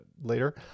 later